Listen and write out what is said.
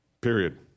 period